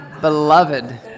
beloved